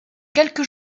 quelques